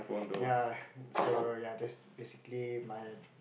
ya so ya that's basically my